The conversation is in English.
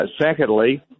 Secondly